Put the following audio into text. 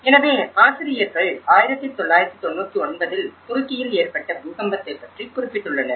எனவே ஆசிரியர்கள் 1999ல் துருக்கியில் ஏற்பட்ட பூகம்பத்தை பற்றி குறிப்பிட்டுள்ளனர்